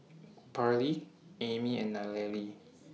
Parley Aimee and Nallely